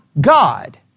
God